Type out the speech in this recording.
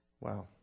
Wow